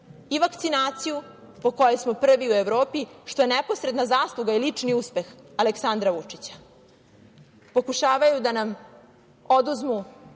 i vakcinaciju, po kojoj smo prvi u Evropi, što je neposredna zasluga i lični uspeh Aleksandra Vučića. Pokušavaju da nam oduzmu